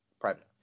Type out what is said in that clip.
Private